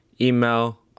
email